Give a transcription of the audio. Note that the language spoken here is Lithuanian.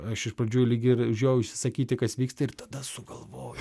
aš iš pradžių lyg ir žiojausi sakyti kas vyksta ir tada sugalvojau